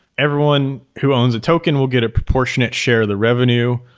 wveryone who owns a token will get a proportionate share the revenue.